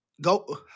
Go